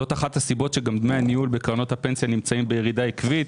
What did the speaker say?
זאת אחת הסיבות שגם דמי הניהול בקרנות הפנסיה נמצאים בירידה עקבית.